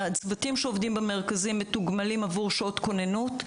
הצוותים שעובדים במרכזים מתוגמלים עבור שעות כוננות,